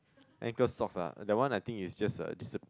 ankle socks ah that one I think is just a is a